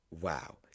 wow